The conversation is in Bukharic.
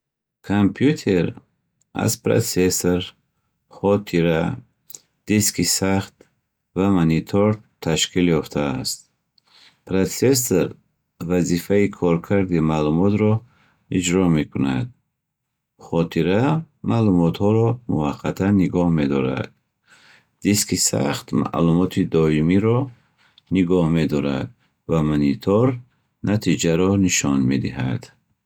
Компютер аз пратсессор, хотира, диски сахт ва манитор ташкил ёфтааст. Протсессор вазифаи коркарди маълумотро иҷро мекунад. Хотира маълумотҳоро муваққатан нигоҳ медорад. Диски сахт маълумоти доимиро нигоҳ медорад, ва манитор натиҷаро нишон медиҳад.